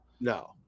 No